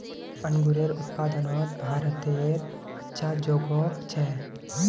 अन्गूरेर उत्पादनोत भारतेर अच्छा जोगोह छे